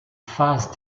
phases